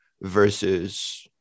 versus